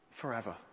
forever